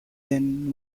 than